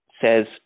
says